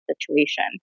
situation